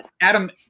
Adam